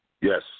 Yes